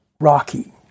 rocky